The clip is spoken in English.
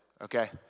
okay